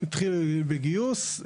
התחילו בגיוס,